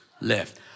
left